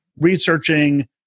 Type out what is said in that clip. researching